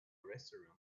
restaurant